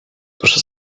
proszę